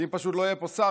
כי אם לא יהיה פה שר,